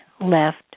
left